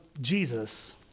Jesus